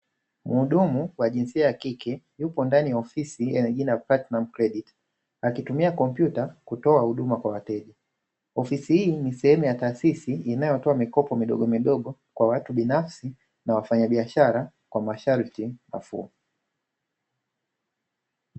Mhudumu wa jinsia ya kike yupo ndani ya ofisi yenye jina "Platinum Credit". Akitumia kompyuta kutoa huduma kwa wateja. Ofisi hii ni sehemu ya taasisi inayotoa mikopo midogo midogo kwa watu binafsi na wafanyabiashara kwa masharti nafuu.